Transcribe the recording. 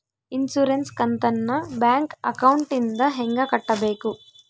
Insurance ಕಂತನ್ನ bank ಅಕೌಂಟಿಂದ ಹೆಂಗ ಕಟ್ಟಬೇಕು?